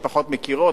שפחות מכירות,